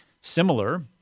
Similar